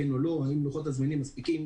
האם לוחות הזמנים מספיקים?